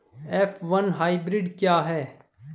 F one hybrid क्या है?